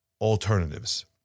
alternatives